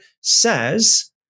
says